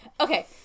Okay